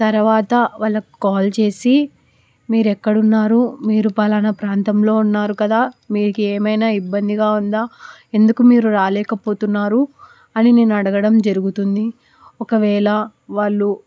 తర్వాత వాళ్ళకు కాల్ చేసి మీరేక్కడున్నారు మీరు పలానా ప్రాంతంలో ఉన్నారు కదా మీకి ఏమైనా ఇబ్బందిగా ఉందా ఎందుకు మీరు రాలేకపోతున్నారు అని నేను అడగడం జరుగుతుంది ఒకవేళ వాళ్ళు